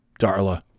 Darla